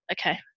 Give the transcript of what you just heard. okay